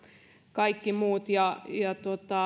kaikki muut ja ja